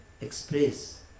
express